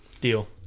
Deal